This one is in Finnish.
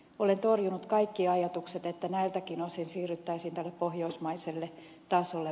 olen torjunut kaikki ajatukset että näiltäkin osin siirryttäisiin tälle pohjoismaiselle tasolle